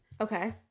Okay